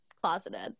closeted